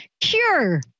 cure